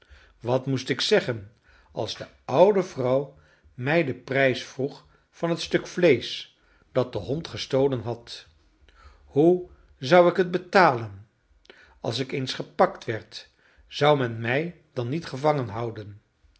wat moest ik zeggen als de oude vrouw mij den prijs vroeg van het stuk vleesch dat de hond gestolen had hoe zou ik het betalen als ik eens gepakt werd zou men mij dan niet gevangen houden